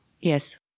yes